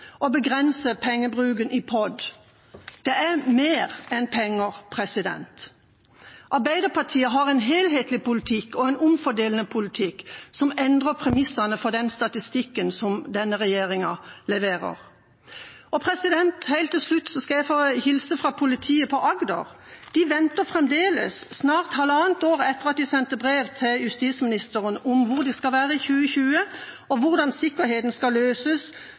og begrense pengebruken i POD – det er mer enn penger. Arbeiderpartiet har en helhetlig og omfordelende politikk, som endrer premissene for den statistikken denne regjeringa leverer. Helt til slutt skal jeg få hilse fra politiet på Agder. De venter fremdeles, snart halvannet år etter at de sendte brev til justisministeren om hvor de skal være i 2020, og om hvordan sikkerheten skal løses